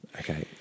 okay